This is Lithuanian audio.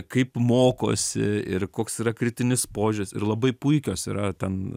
kaip mokosi ir koks yra kritinis požiūris ir labai puikios yra ten